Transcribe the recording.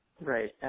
Right